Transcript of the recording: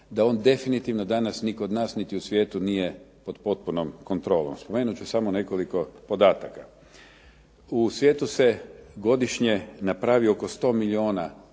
da on definitivno danas ni kod nas niti u svijetu nije pod potpunom kontrolom. Spomenut ću samo nekoliko podataka. U svijetu se godišnje napravi oko 100 milijuna